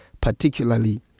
particularly